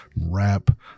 rap